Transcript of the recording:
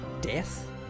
death